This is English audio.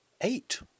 Eight